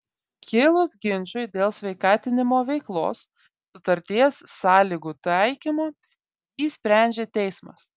kilus ginčui dėl sveikatinimo veiklos sutarties sąlygų taikymo jį sprendžia teismas